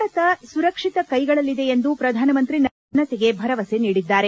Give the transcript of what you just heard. ಭಾರತ ಸುರಕ್ಷಿತ ಕ್ಲೆಗಳಲ್ಲಿದೆ ಎಂದು ಪ್ರಧಾನಮಂತ್ರಿ ನರೇಂದ್ರಮೋದಿ ಜನತೆಗೆ ಭರವಸೆ ನೀಡಿದ್ದಾರೆ